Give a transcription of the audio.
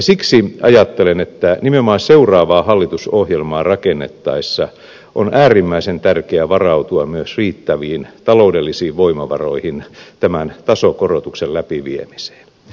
siksi ajattelen että nimenomaan seuraavaa hallitusohjelmaa rakennettaessa on äärimmäisen tärkeää varautua myös riittäviin taloudellisiin voimavaroihin tämän tasokorotuksen läpiviemiseen